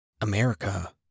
America